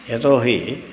यतो हि